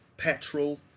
Petrol